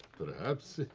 perhaps.